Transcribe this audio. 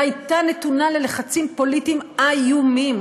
והיא הייתה נתונה ללחצים פוליטיים איומים,